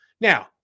Now